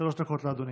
האלה.